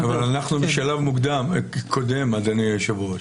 אבל אנחנו בשלב קודם, אדוני היושב-ראש.